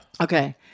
Okay